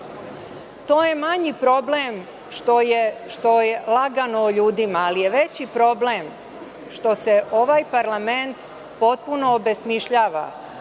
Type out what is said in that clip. je manji problem što je lagano o ljudima, ali je veći problem što se ovaj parlament potpuno obesmišljava,